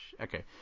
okay